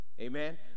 amen